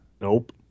Nope